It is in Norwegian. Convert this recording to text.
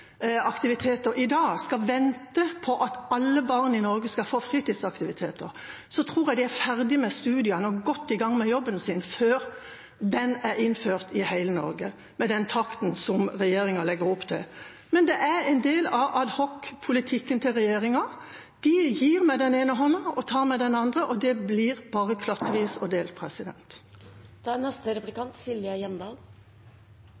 i dag, skal vente på at alle barn i Norge skal få fritidsaktiviteter, tror jeg de er ferdig med studiene og godt i gang med jobben sin før det er innført i hele Norge med den takten som regjeringa legger opp til. Men det er en del av adhocpolitikken til regjeringa: De gir med den ene hånda og tar med den andre, og det blir bare klattvis og delt. Private institusjoner utgjør i dag en veldig viktig del av Bufetats institusjonstilbud. Arbeiderpartiet er